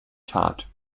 tat